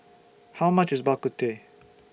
How much IS Bak Kut Teh